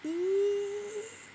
!ee!